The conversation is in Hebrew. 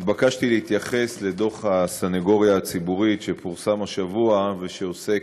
התבקשתי להתייחס לדוח הסנגוריה הציבורית שפורסם השבוע ועוסק,